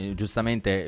giustamente